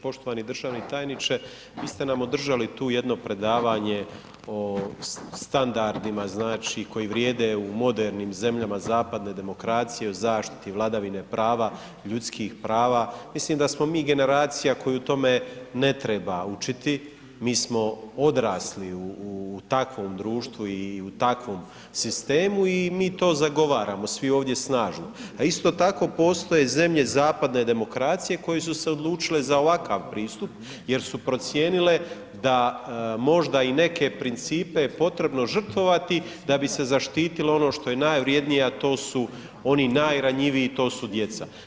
Poštovani državni tajniče, vi ste nam održali tu jedno predavanje o standardima znači koji vrijede u modernim zemljama zapadne demokracije o zaštiti vladavine prava, ljudskih prava, mislim da smo mi generacija koju o tome ne treba učiti, mi smo odrasli i takvom društvu i u takvim sistemu i mi to zagovaramo svo ovdje snažno a isto tako postoje zemlje zapadne demokracije koje su se odlučile za ovakav pristup jer su procijenile da možda i neke principe je potrebno žrtvovati da bi se zaštitilo ono što je najvrijednije, a to s oni najranjiviji, to su djeca.